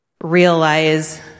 realize